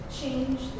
change